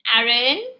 Aaron